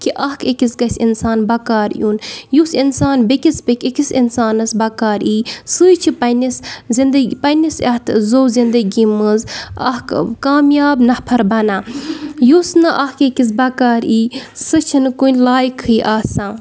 کہِ اَکھ أکِس گژھِ اِنسان بَکار یُن یُس اِنسان بیٚیِکِس أکِس اِنسانَس بَکار ای سُے چھِ پنٛنِس زِندگی پنٛنِس یَتھ زُو زِندگی منٛز اَکھ کامیاب نَفَر بَنان یُس نہٕ اَکھ أکِس بَکار ای سُہ چھِنہٕ کُنہِ لایقٕے آسان